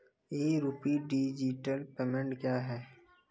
ई rupee digital payment क्या हैं?